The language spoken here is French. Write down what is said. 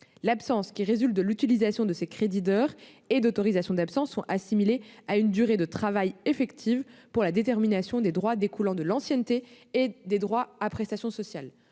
absences qui résultent de l'utilisation de ces crédits d'heures et autorisations d'absence sont assimilées à une durée de travail effective pour la détermination des droits découlant de l'ancienneté et du droit aux prestations sociales.